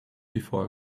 before